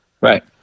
Right